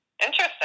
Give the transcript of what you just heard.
Interesting